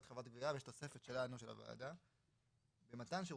אבל לא חייב בהתקשרות נפרדת מאשר ההתקשרות עם חברות